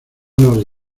nos